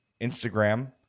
Instagram